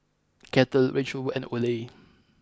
Kettle Range Rover and Olay